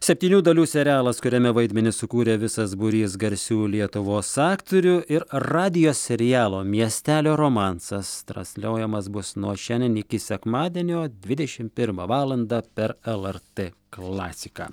septynių dalių serialas kuriame vaidmenis sukūrė visas būrys garsių lietuvos aktorių ir radijo serialo miestelio romansas transliuojamas bus nuo šiandien iki sekmadienio dvidešim pirmą valandą per lrt klasiką